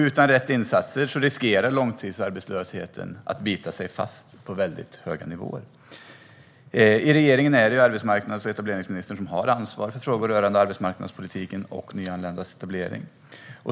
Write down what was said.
Utan rätt insatser riskerar långtidsarbetslösheten att bita sig fast på väldigt höga nivåer. I regeringen är det arbetsmarknads och etableringsministern som har ansvar för frågor rörande arbetsmarknadspolitiken och nyanländas etablering.